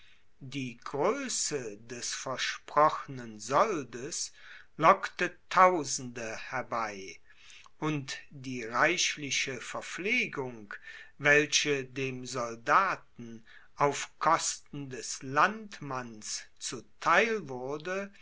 die größe des versprochnen soldes lockte tausende herbei und die reichliche verpflegung welche dem soldaten auf kosten des landmanns zu theil wurde